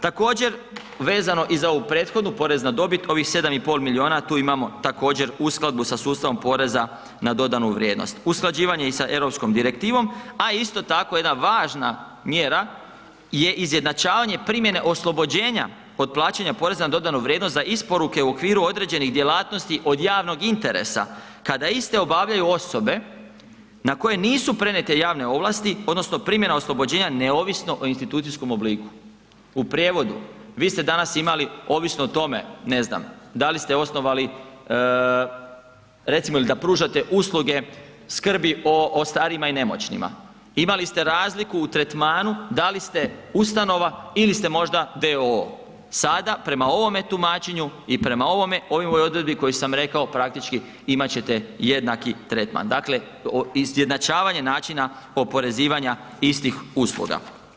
Također, vezano i za ovu prethodnu porez na dobit, ovih 7,5 milijuna, tu imamo također uskladbu sa sustavom poreza na dodanu vrijednost, usklađivanje i sa Europskom direktivom, a isto tako jedna važna mjera je izjednačavanje primjene oslobođenja od plaćanja poreza na dodanu vrijednost za isporuke u okviru određenih djelatnosti od javnog interesa kada iste obavljaju osobe na koje nisu prenijete javne ovlasti odnosno primjena oslobođenja neovisno o institucijskom obliku, u prijevodu vi ste danas imali ovisno o tome, ne znam, da li ste osnovali ili recimo da pružate usluge skrbi o starijima i nemoćnima, imali ste razliku u tretmanu da li ste ustanova ili ste možda d.o.o., sada prema ovome tumačenju i prema ovome, u ovoj odredbi koju sam rekao, praktički imat ćete jednaki tretman, dakle izjednačavanje načina oporezivanja istih usluga.